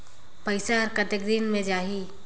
पइसा हर कतेक दिन मे जाही?